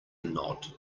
nod